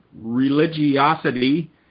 religiosity